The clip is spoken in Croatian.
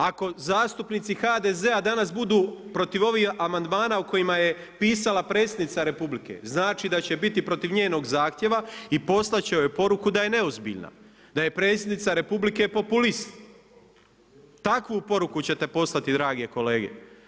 Ako zastupnici HDZ-a danas budu protiv ovih amandmana o kojima je pisala predsjednica Republike, znači da će biti protiv njenog zahtjeva i poslati će joj poruku da je neozbiljna, da je predsjednica Republike populist, takvu poruku ćete poslati drage kolege.